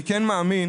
אני מאמין,